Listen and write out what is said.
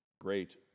Great